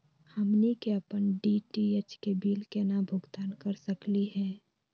हमनी के अपन डी.टी.एच के बिल केना भुगतान कर सकली हे?